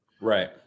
Right